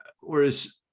whereas